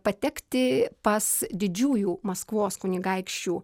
patekti pas didžiųjų maskvos kunigaikščių